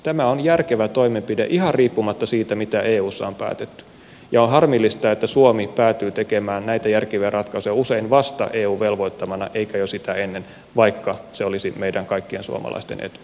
tämä on järkevä toimenpide ihan riippumatta siitä mitä eussa on päätetty ja on harmillista että suomi päätyy tekemään näitä järkeviä ratkaisuja usein vasta eun velvoittamana eikä jo sitä ennen vaikka se olisi meidän kaikkien suomalaisten etu